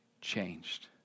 changed